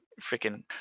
freaking